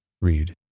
Read